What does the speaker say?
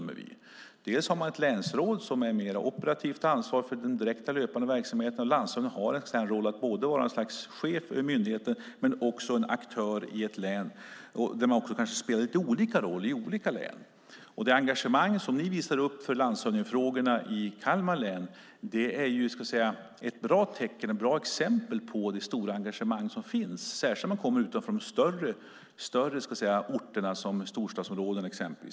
Man har ett länsråd som är mer operativt ansvarig för den direkta löpande verksamheten. Landshövdingen har en roll att vara ett slags chef över myndigheten men också en aktör i ett län. De kanske också spelar lite olika roller i olika län. Det engagemang som ni visar för landshövdingefrågorna i Kalmar län är ett bra exempel på det stora engagemang som finns, särskilt om man kommer utanför exempelvis storstadsområdena.